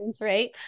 right